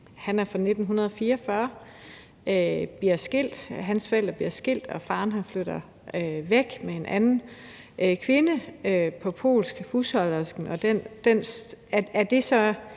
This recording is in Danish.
Han er fra 1944; hans forældre blev skilt, og faren rejste væk med en anden kvinde, husholdersken,